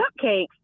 cupcakes